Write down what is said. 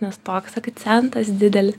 nes toks akcentas didelis